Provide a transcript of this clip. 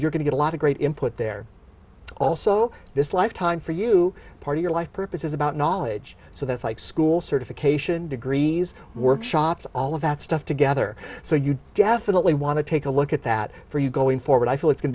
you're going to a lot of great input there also this lifetime for you part of your life purpose is about knowledge so that's like school certification degrees workshops all of that stuff together so you definitely want to take a look at that for you going forward i feel it can